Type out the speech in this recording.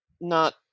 Not-